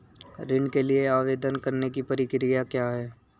ऋण के लिए आवेदन करने की प्रक्रिया क्या है?